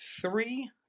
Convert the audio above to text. three